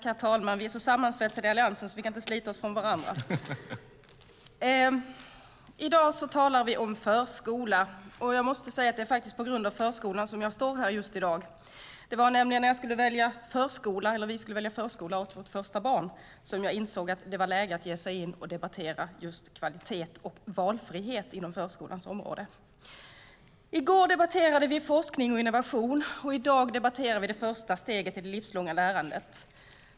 Herr talman! I dag talar vi om förskolan. Och det är faktiskt på grund av förskolan som jag står här i dag. Det var nämligen när vi skulle välja förskola till vårt första barn som jag insåg att det var läge att ge sig in och debattera just kvalitet och valfrihet inom förskolans område. I går debatterade vi forskning och innovation, och i dag debatterar vi det första steget i det livslånga lärandet.